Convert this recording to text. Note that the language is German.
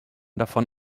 davon